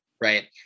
right